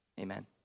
Amen